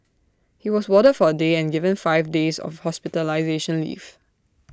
he was warded for A day and given five days of hospitalisation leave